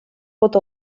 pot